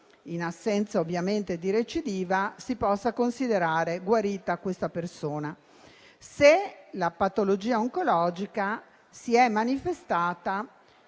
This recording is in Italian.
in assenza di recidiva, si può considerare guarita questa persona, se la patologia oncologica si è manifestata